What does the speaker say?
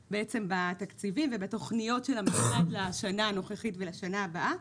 בתקציבים ובתוכניות של המשרד לשנה הנוכחית ולשנה הבאה.